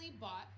bought